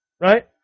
right